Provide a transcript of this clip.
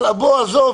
אבל עזוב,